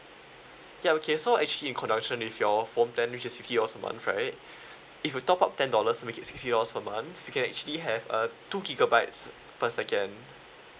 ya okay so actually in conjunction with your phone plan which is fifty dollars a month right if you top up ten dollars make it sixty dollars per month you can actually have uh two gigabytes per second